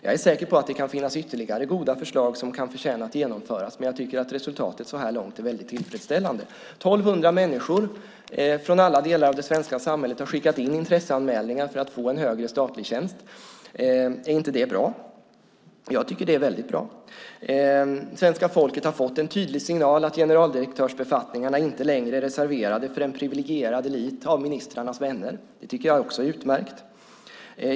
Jag är säker på att det kan finnas ytterligare goda förslag som kan förtjäna att genomföras, men jag tycker att resultatet så här långt är väldigt tillfredsställande. 1 200 människor från alla delar av det svenska samhället har skickat in intresseanmälningar för att få en högre statlig tjänst. Är inte det bra? Jag tycker att det är väldigt bra. Svenska folket har fått en tydlig signal att generaldirektörsbefattningarna inte längre är reserverade för en privilegierad elit av ministrarnas vänner. Det tycker jag är utmärkt.